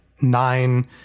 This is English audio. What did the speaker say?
nine